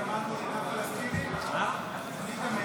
אושר,